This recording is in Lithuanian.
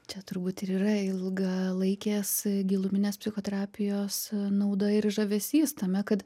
čia turbūt ir yra ilgalaikės giluminės psichoterapijos nauda ir žavesys tame kad